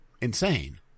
insane